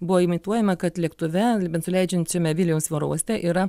buvo imituojama kad lėktuve besileidžiančiame vilniaus oro uoste yra